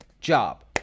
job